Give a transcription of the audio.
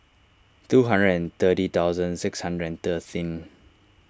two hundred and thirty thousand six hundred and thirteen